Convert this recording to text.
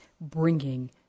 bringing